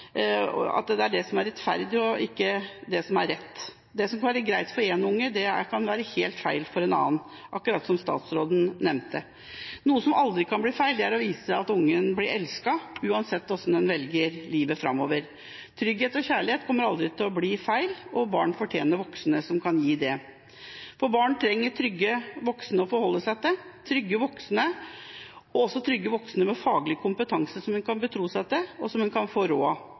og ikke det som er rett. Det som kan være greit for én unge, kan være helt feil for en annen – akkurat som statsråden nevnte. Noe som aldri kan bli feil, er å vise at ungen er elsket uansett hvordan en velger livet framover. Trygghet og kjærlighet blir aldri feil, og barn fortjener voksne som kan gi det. Barn trenger trygge voksne å forholde seg til, trygge voksne med faglig kompetanse som de kan betro seg til, som de kan få råd av, og uavhengige voksne som ungene kan